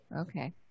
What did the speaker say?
Okay